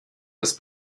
das